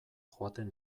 joaten